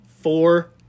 four